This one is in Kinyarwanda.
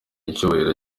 icyubahiro